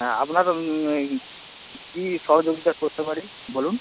হ্যাঁ আপনার ওই কী সহযোগিতা করতে পারি বলুন